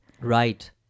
Right